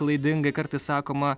klaidingai kartais sakoma